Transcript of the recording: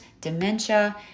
dementia